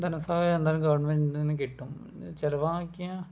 ധനസഹായം എന്തായാലും ഗവൺമെന്റിൽനിന്ന് കിട്ടും ചിലവാക്കിയ